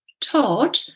Todd